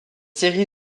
série